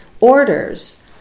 orders